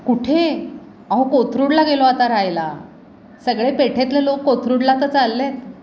कुठे अहो कोथरूडला गेलो आता राहायला सगळे पेठेतले लोक कोथरूडला तर चालले आहेत